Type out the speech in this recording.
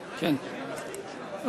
מס' 4128, 4140, 4159 ו-4171.